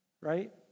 right